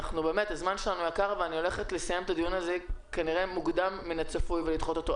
זמננו יקר ואני הולכת לסיים את הדיון מוקדם מהצפוי ולדחות אותו,